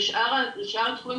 לשאר התחומים,